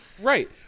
Right